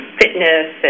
fitness